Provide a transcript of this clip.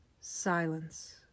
Silence